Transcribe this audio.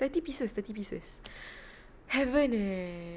thirty pieces thirty pieces heaven eh